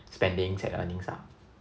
spendings and earnings ah